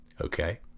okay